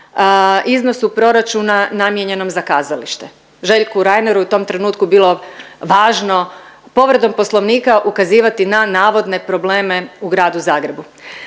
iznosu proračuna namijenjenom za kazalište. Željku Reineru je u tom trenutku bilo važno povredom Poslovnika ukazivati na navodne probleme u gradu Zagrebu.